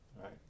Right